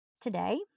Today